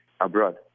abroad